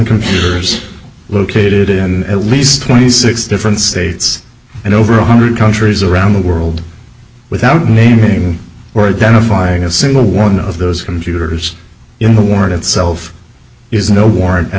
computers located in at least twenty six different states and over one hundred countries around the world without a name or identifying a single one of those computers in the war itself is no warrant at